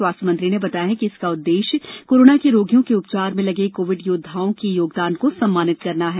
स्वास्थ्य मंत्री ने बताया कि इसका उद्देश्य कोरोना के रोगियों के उपचार में लगे कोविड योद्वाओं के योगदान को सम्मानित करना है